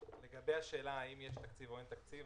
לגבי השאלה האם יש תקציב או אין תקציב,